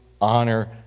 honor